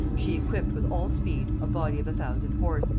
she equipped with all speed a body of a thousand horse,